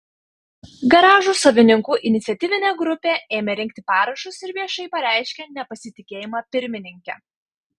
garažų savininkų iniciatyvinė grupė ėmė rinkti parašus ir viešai pareiškė nepasitikėjimą pirmininke